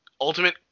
ultimate